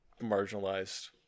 marginalized